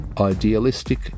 idealistic